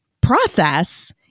process